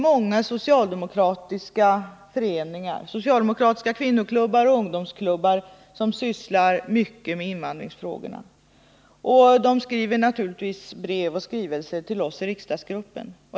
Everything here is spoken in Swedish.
Många socialdemokratiska föreningar, socialdemokratiska kvinnoklubbar och socialdemokratiska ungdomsklubbar sysslar mycket med invandrarfrågor, och de skriver naturligtvis brev och skrivelser till oss i riksdagsgruppen.